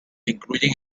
incluyen